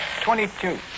Twenty-two